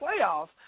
playoffs